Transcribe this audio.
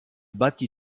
bâti